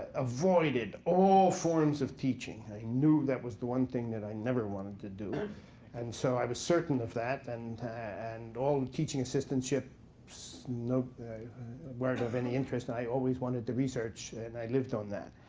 avoided all forms of teaching. i knew that was the one thing that i never wanted to do. and so i was certain of that. and and all teaching assistantships so weren't of any interest. i always wanted to research, and i lived on that.